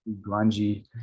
grungy